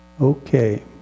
Okay